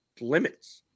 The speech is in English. limits